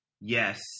Yes